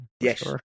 yes